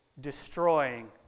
destroying